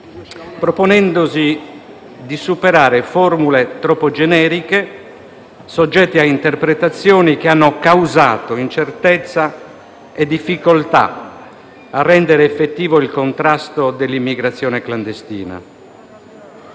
proponendosi di superare formule troppo generiche, soggette a interpretazioni che hanno causato incertezza e difficoltà a rendere effettivo il contrasto dell'immigrazione clandestina.